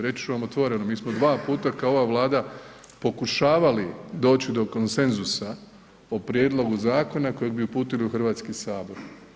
Reći ću vam otvoreno, mi smo dva puta kao ova Vlada pokušavali doći do konsenzusa o prijedlogu zakona kojeg bi uputili u Hrvatski sabor.